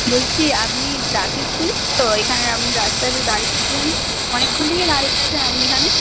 বলছি আপনি traffic police তো এখানে আপনি রাস্তাতে দাঁড়িয়েছিলেন অনেকক্ষণ থেকেই দাঁড়িয়ে আছেন আপনি এখানে